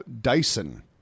Dyson